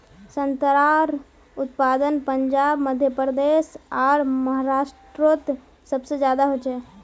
संत्रार उत्पादन पंजाब मध्य प्रदेश आर महाराष्टरोत सबसे ज्यादा होचे